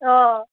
অঁ